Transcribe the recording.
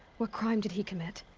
what crime did he commit?